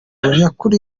nyakuri